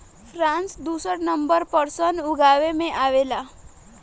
France दुसर number पर sun उगावे में आवेला